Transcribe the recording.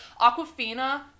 Aquafina